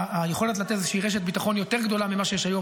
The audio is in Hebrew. היכולת לתת איזושהי רשת ביטחון יותר גדולה ממה שיש היום,